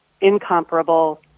incomparable